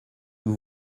vous